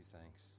thanks